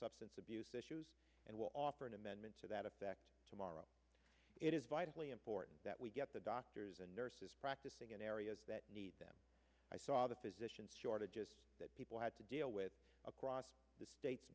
substance abuse issues and will offer an amendment to that effect tomorrow it is vitally important that we get the doctors and nurses practicing in areas that need them i saw the physicians shortages that people had to deal with across the state